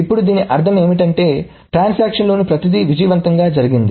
ఇప్పుడు దీని అర్థం ఏమిటంటే ట్రాన్సాక్షన్ లోని ప్రతిదీ విజయవంతంగా జరిగింది